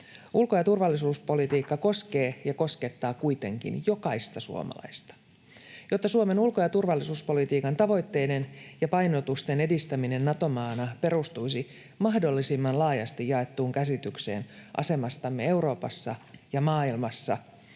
Ulko- ja turvallisuuspolitiikka koskee ja koskettaa kuitenkin jokaista suomalaista. Jotta Suomen ulko- ja turvallisuuspolitiikan tavoitteiden ja painotusten edistäminen Nato-maana perustuisi mahdollisimman laajasti jaettuun käsitykseen asemastamme Euroopassa ja maailmassa,